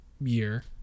year